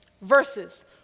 verses